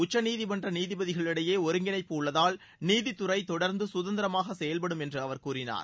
உச்சநீதிமன்ற நீதிபதிகளிடையே ஒருங்கிணைப்பு உள்ளதால் நீதித்துறை தொடர்ந்து சுதந்திரமாக செயல்படும் என்று அவர் கூறினார்